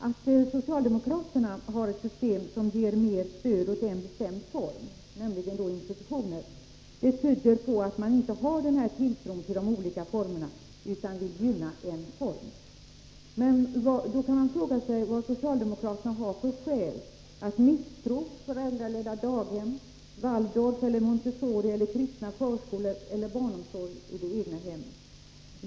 Att socialdemokraterna har ett system som ger mer stöd åt en bestämd form, nämligen institutioner, tyder på att de inte har denna tilltro till de olika formerna utan vill gynna en form. Då kan man fråga sig vad socialdemokraterna har för skäl att misstro föräldraledda daghem, Waldorfeller Montessoriskolor, kristna förskolor eller barnomsorg i det egna hemmet.